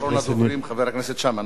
אחרון הדוברים, חבר הכנסת שאמה.